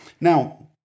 Now